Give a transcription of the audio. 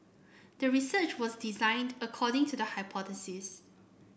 the research was designed according to the hypothesis